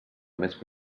més